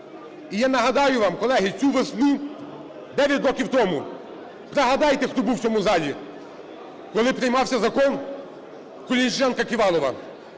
І я нагадаю вам, колеги, цю весну 9 років тому, пригадайте, хто був в цьому залі, коли приймався закон Колесніченка-Ківалова.